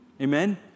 Amen